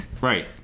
right